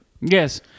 Yes